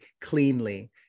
cleanly